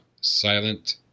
silent